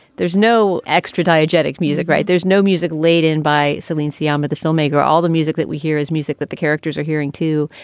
there's no extra biogenic music, right? there's no music laid in by celine syama, the filmmaker. all the music that we hear is music that the characters are hearing, too.